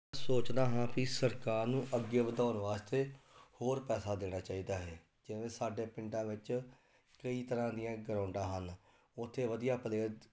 ਸੋਚਦਾ ਹਾਂ ਪੀ ਸਰਕਾਰ ਨੂੰ ਅੱਗੇ ਵਧਾਉਣ ਵਾਸਤੇ ਹੋਰ ਪੈਸਾ ਦੇਣਾ ਚਾਹੀਦਾ ਹੈ ਜਿਵੇਂ ਸਾਡੇ ਪਿੰਡਾਂ ਵਿੱਚ ਕਈ ਤਰ੍ਹਾਂ ਦੀਆਂ ਗਰੋਂਡਾਂ ਹਨ ਉੱਥੇ ਵਧੀਆ ਪਲੇਅਰ